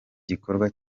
gikorwa